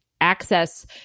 access